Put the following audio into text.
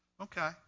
Okay